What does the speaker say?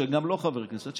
גם לא חברי כנסת.